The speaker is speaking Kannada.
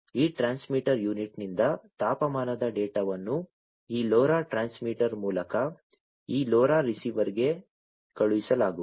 ಈ ಟ್ರಾನ್ಸ್ಮಿಟರ್ ಯೂನಿಟ್ನಿಂದ ತಾಪಮಾನದ ಡೇಟಾವನ್ನು ಈ LoRa ಟ್ರಾನ್ಸ್ಮಿಟರ್ ಮೂಲಕ ಈ LoRa ರಿಸೀವರ್ಗೆ ಕಳುಹಿಸಲಾಗುವುದು